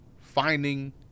finding